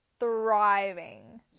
Thriving